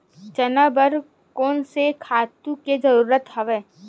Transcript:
चना बर कोन से खातु के जरूरत हवय?